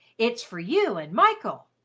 it's for you and michael!